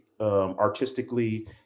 artistically